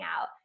out